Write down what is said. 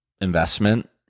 investment